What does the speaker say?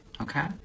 Okay